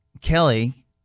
Kelly